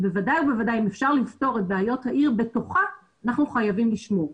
ובוודאי אם אפשר לפתור את בעיות העיר בתוכה שאנחנו חייבים לשמור.